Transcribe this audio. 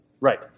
Right